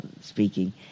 speaking